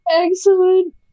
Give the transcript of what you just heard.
Excellent